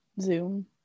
Zoom